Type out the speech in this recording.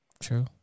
true